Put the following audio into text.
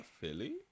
Philly